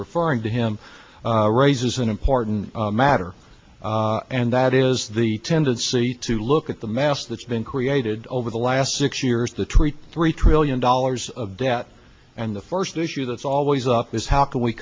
referring to him raises an important matter and that is the tendency to look at the mass that's been created over the last six years to treat three trillion dollars of debt and the first issue that's always up is how can we